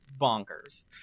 bonkers